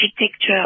architecture